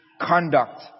conduct